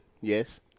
Yes